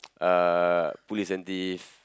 uh police and thief